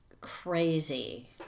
crazy